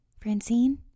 Francine